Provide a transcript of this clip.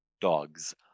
Dogs